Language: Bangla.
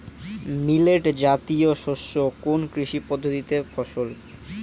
মিলেট জাতীয় শস্য কোন কৃষি পদ্ধতির ফসল?